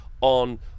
on